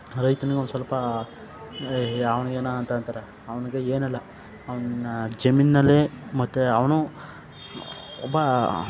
ರೈತನಿಗೆ ಒನ್ ಸ್ವಲ್ಪ ಅವನಿಗೇನೋ ಅಂತ ಅಂತಾರೆ ಅವನಿಗೆ ಏನಿಲ್ಲ ಅವನ ಜಮೀನಿನಲ್ಲೇ ಮತ್ತು ಅವನು ಒಬ್ಬ